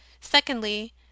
secondly